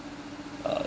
uh